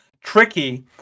tricky